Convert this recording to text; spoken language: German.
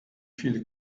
viele